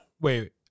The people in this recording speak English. Wait